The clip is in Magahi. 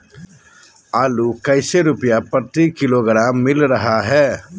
आलू कैसे रुपए प्रति किलोग्राम मिलता रहा है?